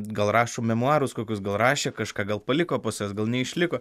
gal rašo memuarus kokius gal rašė kažką gal paliko pusės gal neišliko